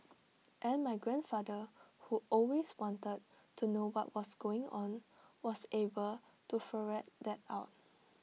and my grandfather who always wanted to know what was going on was able to ferret that out